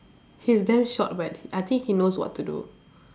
he's damn short but I think he knows what to do